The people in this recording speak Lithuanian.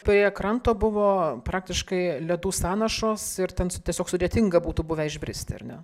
prie kranto buvo praktiškai ledų sąnašos ir ten su tiesiog sudėtinga būtų buvę išbristi ar ne